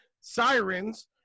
Sirens